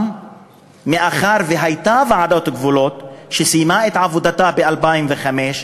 מאחר שהייתה ועדת גבולות שסיימה את עבודתה ב-2005,